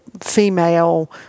female